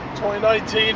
2019